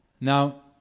Now